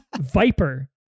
Viper